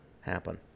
happen